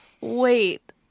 wait